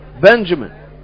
Benjamin